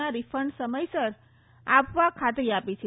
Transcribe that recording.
ના રીફંડ સમયસર આપવા ખાતરી આપી છે